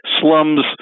slums